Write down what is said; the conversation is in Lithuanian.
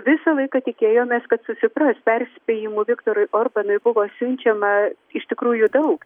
visą laiką tikėjomės kad susipras perspėjimų viktorui orbanui buvo siunčiama iš tikrųjų daug